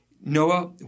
Noah